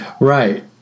Right